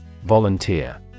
Volunteer